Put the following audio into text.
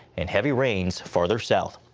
and heavy rains further south.